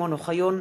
שמעון אוחיון,